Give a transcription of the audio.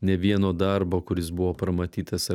nė vieno darbo kuris buvo pramatytas